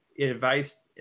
advice